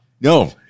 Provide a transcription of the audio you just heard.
No